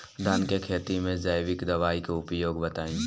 धान के खेती में जैविक दवाई के उपयोग बताइए?